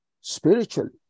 spiritually